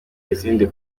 izindi